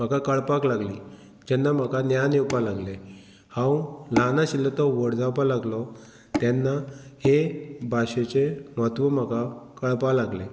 म्हाका कळपाक लागली जेन्ना म्हाका ज्ञान येवपाक लागलें हांव ल्हान आशिल्लो तो व्हड जावपा लागलो तेन्ना हे भाशेचे म्हत्व म्हाका कळपा लागलें